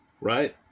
right